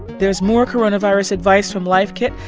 there's more coronavirus advice from life kit.